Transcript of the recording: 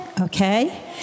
Okay